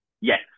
Yes